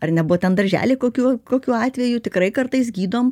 ar nebuvo ten daržely kokių kokių atvejų tikrai kartais gydom